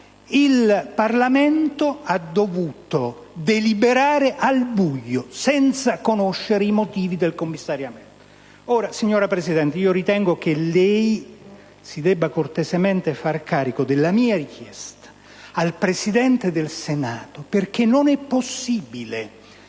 Il Parlamento ha dovuto deliberare al buio, senza conoscere i motivi del commissariamento. Ora, signora Presidente, ritengo che lei si debba cortesemente fare carico della mia richiesta al presidente del Senato, perché non è possibile